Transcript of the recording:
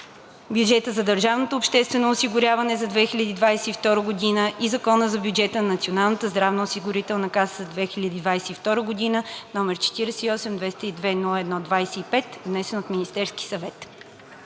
бюджета на държавното обществено осигуряване за 2022 г. и Закона за бюджета на Националната здравноосигурителна каса за 2022 г., № 48 202 01 25, внесен от Министерския съвет.“